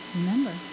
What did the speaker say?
Remember